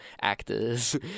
actors